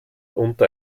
unter